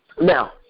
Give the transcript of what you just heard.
Now